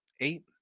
eight